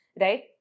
right